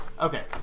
Okay